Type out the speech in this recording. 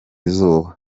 izuba